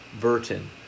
Burton